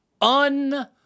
un